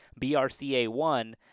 BRCA1